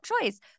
choice